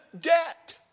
debt